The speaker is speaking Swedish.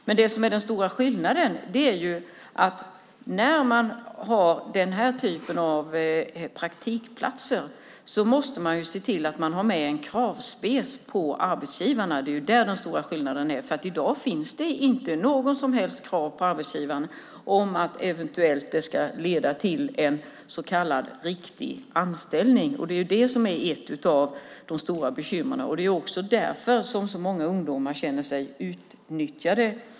Men den stora skillnaden är att man när man har den här typen av praktikplatser måste se till att man har med en kravspecifikation på arbetsgivarna. Det är där den stora skillnaden är. I dag finns det inte något som helst krav på arbetsgivaren om att det eventuellt ska leda till en så kallad riktig anställning. Det är det som är ett av de stora bekymren. Det är naturligtvis också därför så många ungdomar känner sig utnyttjade.